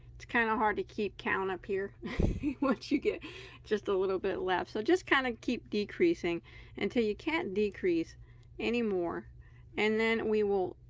it's kind of hard to keep counting up here once you get just a little bit left so just kind of keep decreasing until you can't decrease anymore and then we will,